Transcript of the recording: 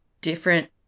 different